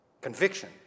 conviction